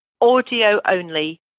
Audio-only